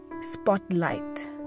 spotlight